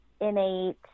innate